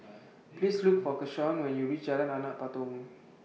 Please Look For Keshaun when YOU REACH Jalan Anak Patong